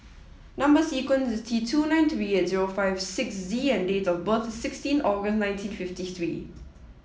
number sequence is T two nine three eight zero five six Z and date of birth is sixteen August nineteen fifty three